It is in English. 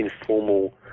informal